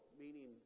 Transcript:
meaning